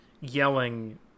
yelling